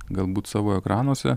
galbūt savo ekranuose